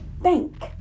bank